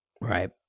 Right